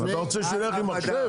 אתה רוצה שהוא יילך עם מחשב?